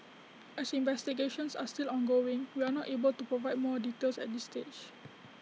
as investigations are still ongoing we are not able to provide more details at this stage